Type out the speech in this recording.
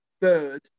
third